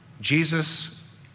Jesus